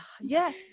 yes